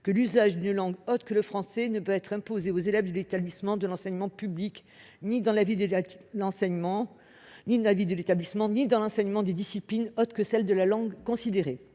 que l'usage d'une langue autre que le français ne pouvait être imposé aux élèves d'un établissement de l'enseignement public ni dans la vie de l'établissement ni dans l'enseignement de disciplines autres que la langue considérée.